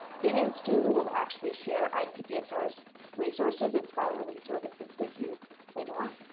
bing and stu will actually share icpsr's resources and scholarly services with you later on.